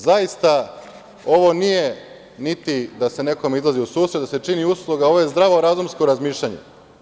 Zaista ovo nije niti da se nekome izlazi u susret i da se čini usluga, ovo je zdravorazumsko razmišljanje.